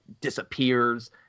disappears